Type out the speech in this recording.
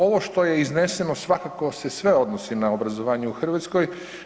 Ovo što je izneseno svakako se sve odnosi na obrazovanje u Hrvatskoj.